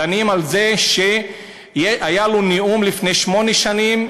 דנים על זה שהיה לו נאום לפני שמונה שנים,